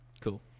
Cool